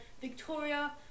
Victoria